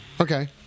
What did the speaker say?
Okay